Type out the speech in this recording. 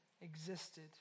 existed